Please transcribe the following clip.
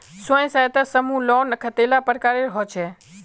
स्वयं सहायता समूह लोन कतेला प्रकारेर होचे?